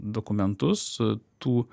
dokumentus tų